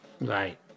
Right